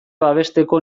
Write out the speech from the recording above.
babesteko